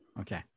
Okay